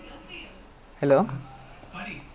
hello